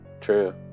True